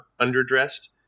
underdressed